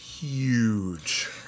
huge